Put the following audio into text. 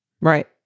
Right